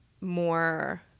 more